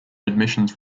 admissions